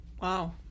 Wow